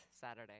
Saturday